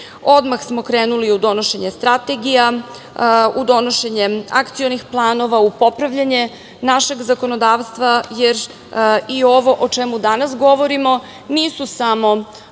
Odmah smo krenuli u donošenje strategija, u donošenje akcionih planova, u popravljanje našeg zakonodavstva, jer i ovo o čemu danas govorimo nije samo